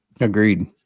Agreed